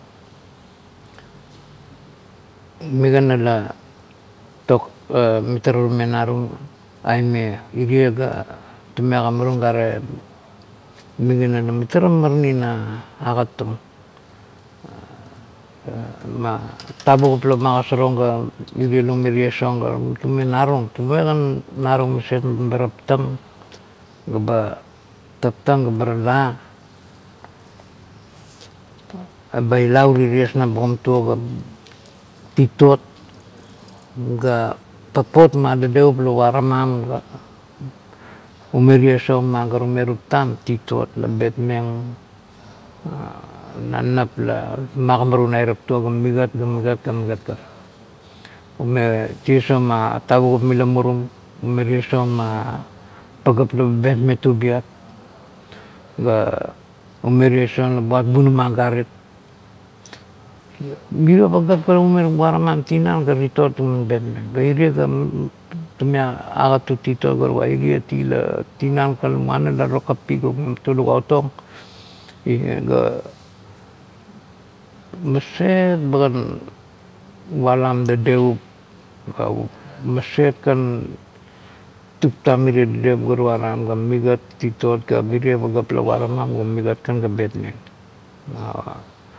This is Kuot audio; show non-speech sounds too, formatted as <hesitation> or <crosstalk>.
Migana la <unintelligible> mitara narung aime, irie ga tume agimarung gare migana la mitara mamarani na agat tung. <hesitation> Ma tavugup la ma kosarong ga irie la ume tiesong ga tume narung tume kan narung maset meba taptang, ga tapatnang ga ba rala eba eba lila urie ties na bugam tuo ga titot ga papot ma dedeup la uramam ga ties ong ma ga tume tuptam ga bet meng <hesitation> na nap la migima rung na irap tuo ga migat ga migat kan. Ume ties ong ma tavugup mila nome ties ong ma tavugup mila marum ume ties ong ma pagap leba betmeng tubiat ga ume ties ong, buat bunama agarip mirio pagap laume uramam ga titot pa irie tume agat tung titot tume gat, gatuga gatug, ierit i la muna timan kan la muana la tokakapi la to lukaut ong urie ga maset baganualam dedeup ga maset kan kaptam mirie dedeup ga tuaram mirie dapeuap ga migat kan la bet meng.